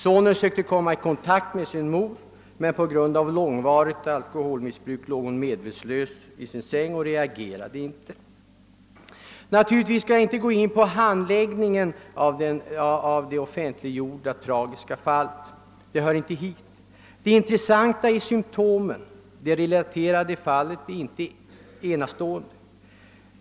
Pojken försökte få kontakt med sin mor, som dock på grund av långvarigt alkoholmissbruk låg medvetslös i sin säng och inte reagerade. Naturligtvis skall jag inte gå in på handläggningen av det offentliggjorda tragiska fallet. Detta skall inte tas upp i detta sammanhang. Det intressanta är symtomen. Det relaterade är inte enastående.